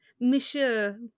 Monsieur